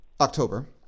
October